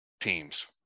teams